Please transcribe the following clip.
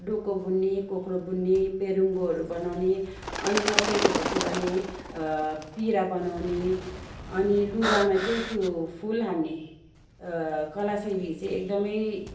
डोको बुन्ने कोक्रो बुन्ने पेरुङ्गोहरू बनाउने अनि मकैको खोसेलाले पिरा बनाउने अनि लुगामा चाहिँ त्यो फुल हान्ने कलाशैली चाहिँ एकदमै